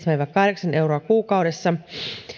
viiva kahdeksan euroa kuukaudessa